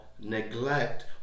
neglect